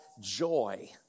joy